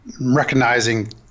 recognizing